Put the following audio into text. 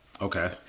okay